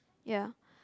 ya